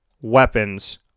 weapons